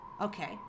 okay